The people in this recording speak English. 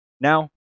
Now